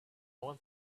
want